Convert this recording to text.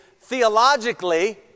theologically